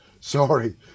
Sorry